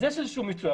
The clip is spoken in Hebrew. אז יש איזשהו מיצוע.